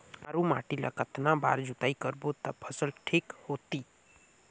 मारू माटी ला कतना बार जुताई करबो ता फसल ठीक होती?